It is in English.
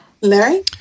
Larry